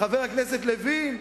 חבר הכנסת לוין,